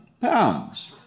pounds